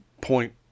point